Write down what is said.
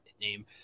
name